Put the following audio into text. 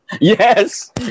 Yes